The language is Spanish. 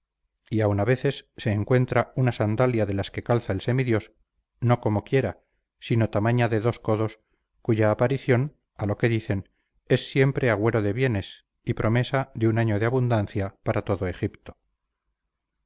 y aun a veces se encuentra una sandalia de las que calza el semidios no como quiera sino tamaña de dos codos cuya aparición a lo que dicen es siempre agüero de bienes y promesa de un año de abundancia para todo egipto